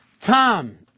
Tom